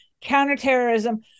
counterterrorism